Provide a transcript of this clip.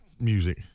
Music